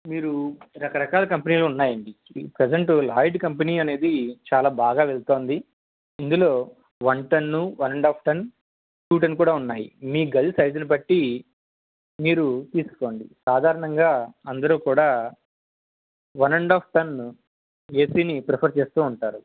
మీరు రకరకాల కంపెనీలు ఉన్నాయండి ప్రజంటు లాయిడ్ కంపెనీ అనేది చాలా బాగా వెళ్తోంది ఇందులో one ton one and half ton two ton కూడా ఉన్నాయి మీ గది సైజుని బట్టి మీరు తీసుకోండి సాధారణంగా అందరూ కూడా వన్ అండ్ ఆఫ్ టన్ను ఏసీని ప్రిఫర్ చేస్తూ ఉంటారు